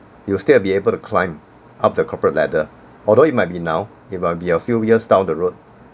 you will still be able to climb up the corporate ladder although it might be now it might be a few years down the road